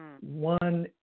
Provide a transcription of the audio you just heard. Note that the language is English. one